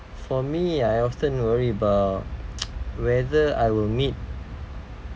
for me I often worry about whether I will meet